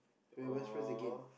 we're best friends again